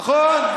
נכון.